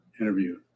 interview